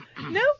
No